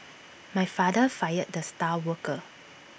my father fired the star worker